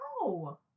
No